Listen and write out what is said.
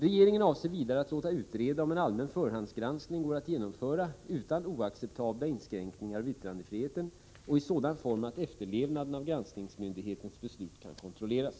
Regeringen avser vidare att låta utreda om en allmän förhandsgranskning går att genomföra utan oacceptabla inskränkningar av yttrandefriheten och i sådan form att efterlevnaden av granskningsmyndighetens beslut kan kontrolleras.